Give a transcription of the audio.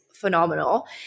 phenomenal